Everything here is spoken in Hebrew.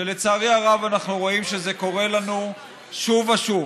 שלצערי הרב אנחנו רואים שזה קורה לנו שוב ושוב.